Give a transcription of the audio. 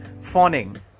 fawning